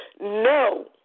no